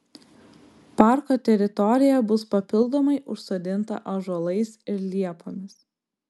parko teritorija bus papildomai užsodinta ąžuolais ir liepomis